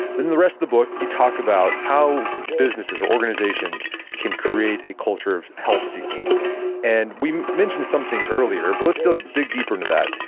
but in the rest of the book, you talk about how businesses or organizations can create a culture of help-seeking and we mentioned some things earlier, but let's dig deeper into that.